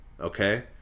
Okay